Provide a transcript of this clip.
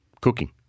Cooking